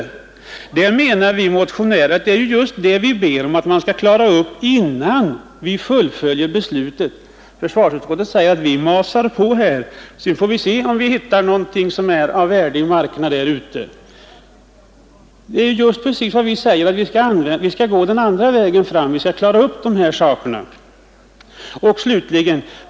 Vi motionärer ber ju att man skall gå den andra vägen och klara upp den frågan innan beslutet fullföljs. Men försvarsutskottet svarar alltså att vi skall fullfölja ärendet, så får vi se sedan om vi hittar någonting av värde i markerna därute.